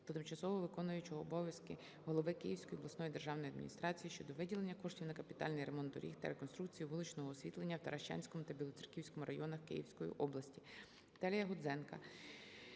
до тимчасово виконуючого обов'язки голови Київської обласної державної адміністрації щодо виділення коштів на капітальний ремонт доріг та реконструкцію вуличного освітлення в Таращанському та Білоцерківському районах Київської області. Віталія Гудзенка